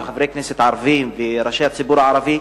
חברי כנסת ערבים וראשי הציבור הערבי,